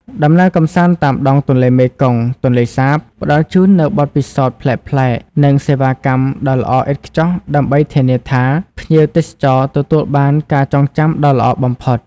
ដំណើរកម្សាន្តតាមដងទន្លេមេគង្គ-ទន្លេសាប ផ្តល់ជូននូវបទពិសោធន៍ប្លែកៗ និងសេវាកម្មដ៏ល្អឥតខ្ចោះដើម្បីធានាថា ភ្ញៀវទេសចរទទួលបានការចងចាំដ៏ល្អបំផុត។